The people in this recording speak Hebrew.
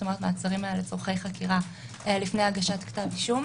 כלומר מעצרים לצורכי חקירה לפני הגשת כתב אישום.